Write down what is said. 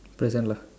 prison lah